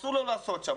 אסור לו לעשות שם.